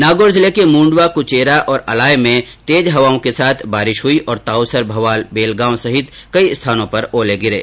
नागौर जिले के मूंडवा कृचेरा और अलाय में तेज हवाओं के साथ बारिश हुई और ताउसर भवाल बेल गांव सहित कई स्थानों पर ओले गिरे